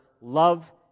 love